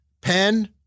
pen